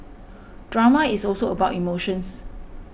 drama is also about emotions